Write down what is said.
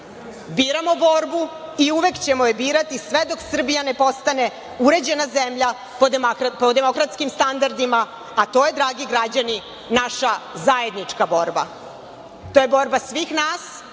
88.Biramo borbu i uvek ćemo je birati sve dok Srbija ne postane uređena zemlja po demokratskim standardima, a to je dragi građani naša zajednička borba, to je borba svih nas